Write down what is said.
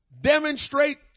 demonstrate